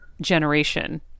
generation